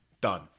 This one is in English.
done